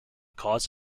cause